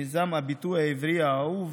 מיזם הביטוי העברי האהוב,